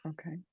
Okay